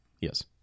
Yes